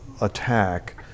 attack